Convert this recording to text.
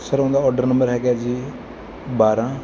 sir ਉਹਦਾ order number ਹੈਗਾ ਜੀ ਬਾਰਾਂ